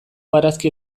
barazki